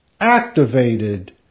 activated